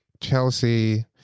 Chelsea